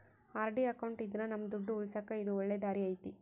RD account ಇದ್ರ ನಮ್ ದುಡ್ಡು ಉಳಿಸಕ ಇದು ಒಳ್ಳೆ ದಾರಿ ಐತಿ